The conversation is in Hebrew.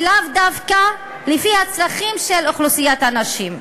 ולאו דווקא לפי הצרכים של אוכלוסיית הנשים.